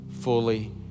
fully